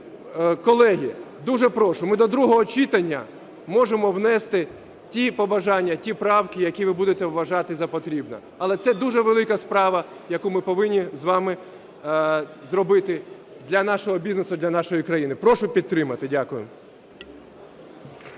Колеги, дуже прошу, ми до другого читання можемо внести ті побажання, ті правки, які ви будете вважати за потрібне. Але це дуже велика справа, яку ми повинні з вами зробити для нашого бізнесу і для нашої країни. Прошу підтримати. Дякую.